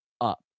up